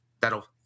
that'll